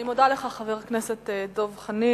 אני מודה לך, חבר הכנסת דב חנין.